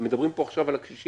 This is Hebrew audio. מדברים פה עכשיו על הקשישים,